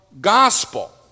gospel